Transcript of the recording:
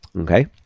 Okay